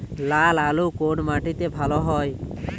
লাল আলু কোন মাটিতে ভালো হয়?